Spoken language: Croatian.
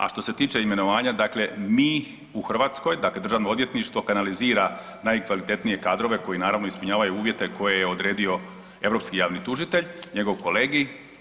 A što se tiče imenovanja, dakle mi u Hrvatskoj, dakle Državno odvjetništvo kanalizira najkvalitetnije kadrove koji naravno ispunjavaju uvjete koje je odredio europski javni tužitelj, njegov kolegij.